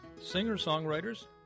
Singer-songwriters